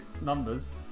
numbers